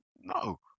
no